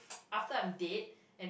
after I'm dead and